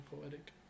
poetic